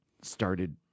started